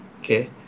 okay